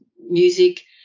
music